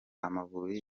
amavubi